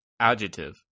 Adjective